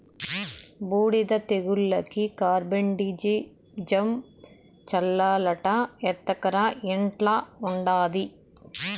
బూడిద తెగులుకి కార్బండిజమ్ చల్లాలట ఎత్తకరా ఇంట్ల ఉండాది